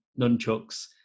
nunchucks